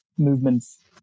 movements